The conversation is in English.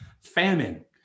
famine